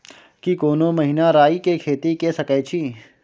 की कोनो महिना राई के खेती के सकैछी?